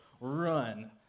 run